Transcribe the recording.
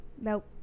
Nope